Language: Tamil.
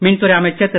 மின்துறை அமைச்சர் திரு